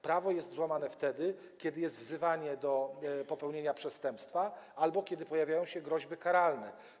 Prawo jest łamane wtedy, kiedy jest wzywanie do popełnienia przestępstwa albo kiedy pojawiają się groźby karalne.